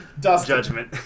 Judgment